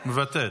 --- מוותר.